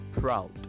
proud